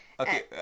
Okay